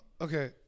Okay